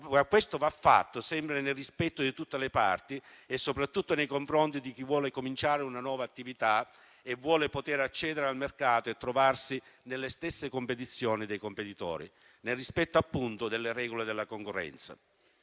questo va fatto sempre nel rispetto di tutte le parti e soprattutto nei confronti di chi vuole cominciare una nuova attività e vuole accedere al mercato e potersi trovare nelle stesse condizioni dei competitori, nel rispetto delle regole della concorrenza.